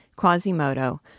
Quasimodo